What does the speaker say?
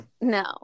No